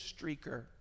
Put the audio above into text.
streaker